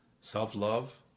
self-love